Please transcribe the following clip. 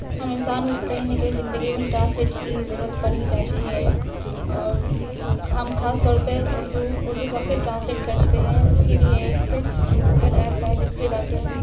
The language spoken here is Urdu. ہم انسان کہیں نہ کہیں زندگی میں ٹرانسلیٹ کی ضرورت پڑھ ہی جاتی ہے اور ہم خاص طور پہ اردو اردو کو اکثر ٹرانسلیٹ کرتے ہیں اس کے لیے ایک ایپ ہے جس پہ جا کے ہم